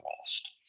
lost